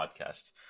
podcast